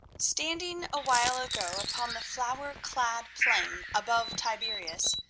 standing a while ago upon the flower-clad plain above tiberius,